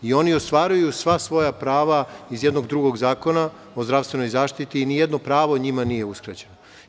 I oni ostvaruju sva svoja prava iz jednog drugog zakona, Zakona o zdravstvenoj zaštiti i nijedno pravo njima nije uskraćeno.